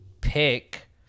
pick